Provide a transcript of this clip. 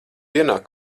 vienā